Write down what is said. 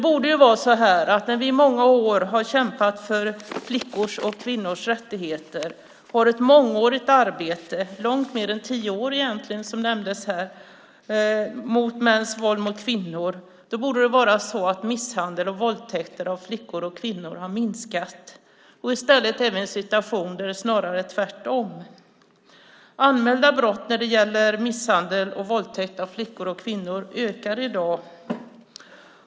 När vi i många år har kämpat för flickors och kvinnors rättigheter - vi har ett mångårigt arbete, egentligen långt mer än tio år, som nämndes här, när det gäller mäns våld mot kvinnor - borde det vara så att misshandel och våldtäkter av flickor och kvinnor skulle ha minskat. I stället är vi i en situation där det snarare är tvärtom. Anmälda brott när det gäller misshandel och våldtäkt av flickor och kvinnor ökar i dag.